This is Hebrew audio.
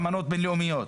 אמנות בין-לאומיות,